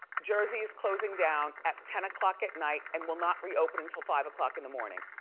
jersey's closing down at ten o'clock at night and will not reopen until five o'clock in the morning,